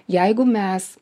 jeigu mes